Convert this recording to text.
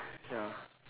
ya